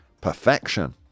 perfection